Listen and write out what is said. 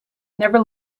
never